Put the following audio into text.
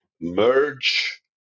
merge